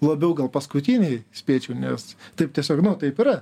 labiau gal paskutiniai spėčiau nes taip tiesiog nu taip yra